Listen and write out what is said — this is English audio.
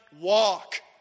walk